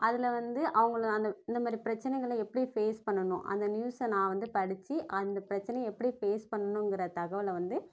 அதில் வந்து அவங்கள அந்த இந்தமாதிரி பிரச்சினைகள எப்படி ஃபேஸ் பண்ணணும் அந்த நியூஸை நான் வந்து படித்து அந்த பிரச்சினைய எப்படி ஃபேஸ் பண்ணுங்கிற தகவலை வந்து